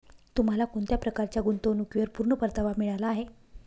तुम्हाला कोणत्या प्रकारच्या गुंतवणुकीवर पूर्ण परतावा मिळाला आहे